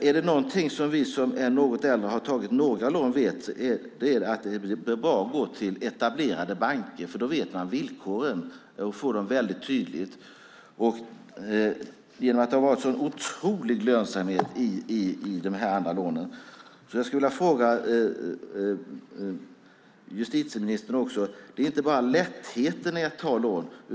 Är det någonting som vi som är något äldre och som har tagit några lån vet så är det att det är bra att gå till etablerade banker. Då vet man villkoren och får dem väldigt tydligt. Det har varit en sådan otrolig lönsamhet i de här andra lånen. Jag skulle vilja ställa en fråga till justitieministern. Det handlar inte bara om lättheten att ta lån.